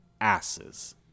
asses